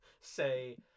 say